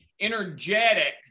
energetic